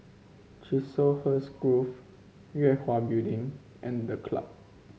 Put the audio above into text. Chiselhurst Grove Yue Hwa Building and The Club